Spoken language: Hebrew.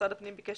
משרד הפנים ביקש